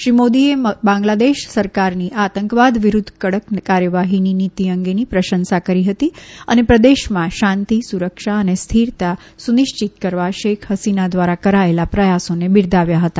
શ્રી મોદીએ બાંગ્લાદેશ સરકારની આતંકવાદ વિરૂદ્વ કડક કાર્યવાહીની નીતિ અંગે પ્રશંસા કરી હતી અને પ્રદેશમાં શાંતિ સુરક્ અને સ્થિરતા સુનિશ્ચિત કરવા શેખ હસીના દ્વારા કરાયેલા પ્રયાસોને બિરદાવ્યા હતા